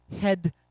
head